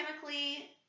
chemically-